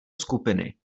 skupiny